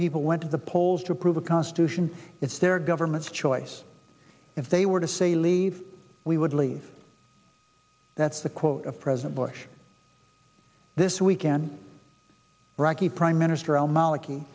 people went to the polls to approve a constitution it's their government's choice if they were to say leave we would leave that's the quote of president bush this weekend iraqi prime minister